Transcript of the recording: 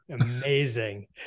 Amazing